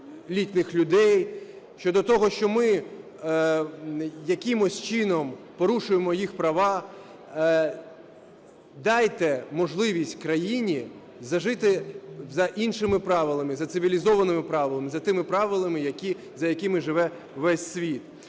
літніх людей, щодо того, що ми якимось чином порушуємо їх права. Дайте можливість країні зажити за іншими правилами, за цивілізованими правилами, за тими правилами, за якими живе весь світ.